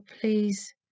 please